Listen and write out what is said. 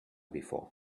before